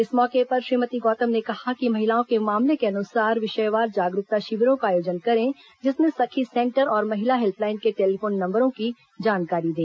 इस मौके पर श्रीमती गौतम ने कहा कि महिलाओं के मामले के अनुसार विषयवार जागरूकता शिविरों का आयोजन करें जिसमें सखी सेंटर और महिला हेल्प लाइन के टेलीफोन नंबरों की जानकारी दें